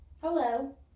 Hello